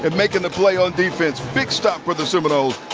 and making the play on defense. big stop for the seminoles.